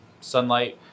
Sunlight